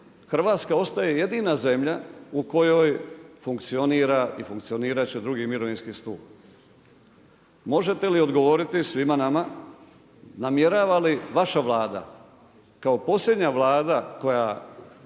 Hrvatska ostaje jedina zemlja u kojoj funkcionira i funkcionirati će 2. mirovinski stup. Možete li odgovoriti svima nama, namjerava li vaš Vlada kao posljednja Vlada koja